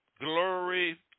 glory